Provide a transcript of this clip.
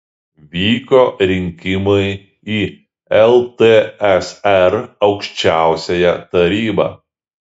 vyko rinkimai į ltsr aukščiausiąją tarybą